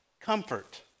Comfort